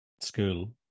school